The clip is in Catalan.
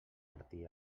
martí